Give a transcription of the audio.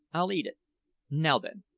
i'll eat it now, then,